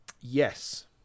Yes